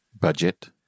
Budget